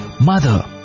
mother